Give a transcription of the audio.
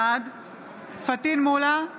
בעד פטין מולא,